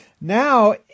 Now